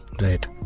Right